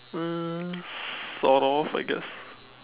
uh sort of I guess